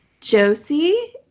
Josie